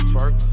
Twerk